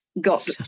got